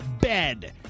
bed